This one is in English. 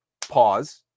pause